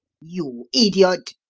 you idiot!